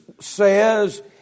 says